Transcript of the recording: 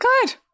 good